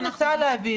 הוא ניסה להבין,